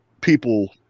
people